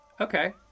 Okay